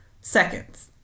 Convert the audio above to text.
seconds